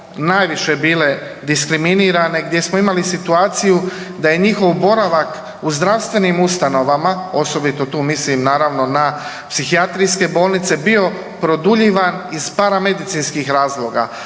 najviše bile diskriminirane, gdje smo imali situaciju da je njihov boravak u zdravstvenim ustanovama, osobito tu mislim naravno na psihijatrijske bolnice bio produljivan iz paramedicinskih razloga,